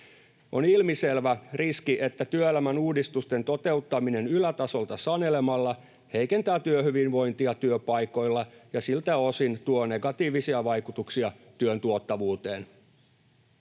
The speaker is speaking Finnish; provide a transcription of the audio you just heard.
On ilmiselvä riski, että työelämän uudistusten toteuttaminen ylätasolta sanelemalla heikentää työhyvinvointia työpaikoilla ja siltä osin tuo negatiivisia vaikutuksia työn tuottavuuteen.